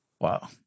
Wow